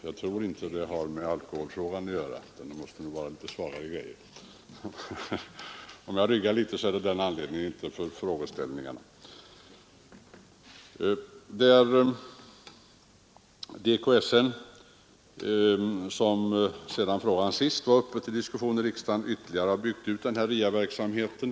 Jag tror inte att det har med alkoholfrågan att göra, utan det måste nog vara litet svagare grejor. Men om jag ryggar något så är det av den anledningen och inte för frågeställningarna. De kristna samfundens nykterhetsrörelse har, sedan frågan senast var uppe i riksdagen, ytterligare byggt ut RIA-verksamheten.